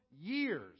years